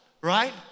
right